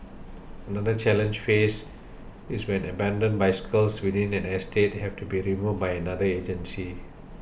another challenge faced is when abandoned bicycles within an estate have to be removed by another agency